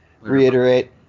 reiterate